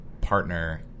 partner